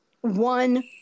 one